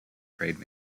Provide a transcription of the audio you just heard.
trade